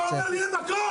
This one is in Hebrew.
אתה אומר לי: "אין מקום"?